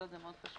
--- זה מאוד חשוב.